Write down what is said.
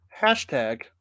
hashtag